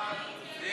של